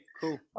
cool